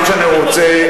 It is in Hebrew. מה שאני רוצה,